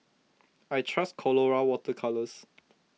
I trust Colora Water Colours